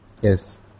Yes